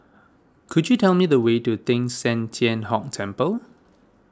could you tell me the way to Teng San Tian Hock Temple